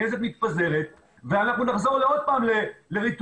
הכנסת מתפזרת ואנחנו נחזור עוד פעם לריטואל.